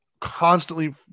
constantly